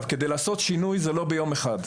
כדי לעשות שינוי, זה לא ביום אחד.